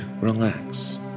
relax